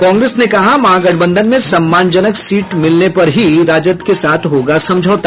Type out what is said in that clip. कांग्रेस ने कहा महागठबंधन में सम्मानजनक सीट मिलने पर ही राजद के साथ होगा समझौता